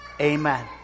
Amen